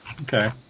okay